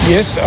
Yes